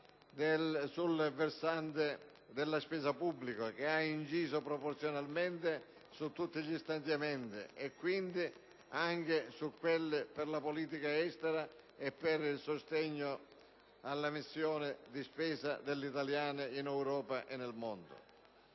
sul versante della spesa pubblica, che ha inciso proporzionalmente su tutti gli stanziamenti e quindi anche su quelli per la politica estera e per il sostegno alla missione di spesa dell'Italia in Europa e nel mondo.